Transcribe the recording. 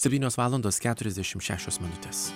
septynios valandos keturiasdešimt šešios minutės